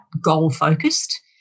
goal-focused